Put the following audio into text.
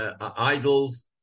idols